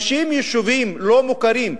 50 יישובים לא-מוכרים,